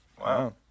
wow